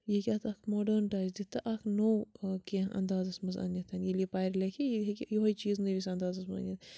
یہِ ہیٚکہِ اَتھ اَکھ ماڈٲرٕن ٹَچ دِتھ تہٕ اَکھ نوٚو کیٚںٛہہ انٛدازَس منٛز أنِتھ ییٚلہِ یہِ پَرِ لٮ۪کھِ یہِ ہیٚکہِ یِہوٚے چیٖز نٔوِس اَنٛدازَس منٛز أنِتھ